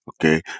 Okay